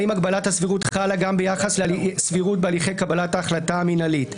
האם הגבלת הסבירות חלה גם ביחס לסבירות בהליכי קבלת ההחלטה המנהלית,